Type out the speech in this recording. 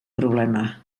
problema